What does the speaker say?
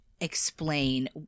explain